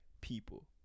people